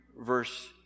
verse